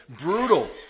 brutal